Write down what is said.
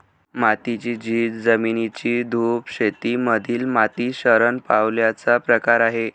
मातीची झीज, जमिनीची धूप शेती मधील माती शरण पावल्याचा प्रकार आहे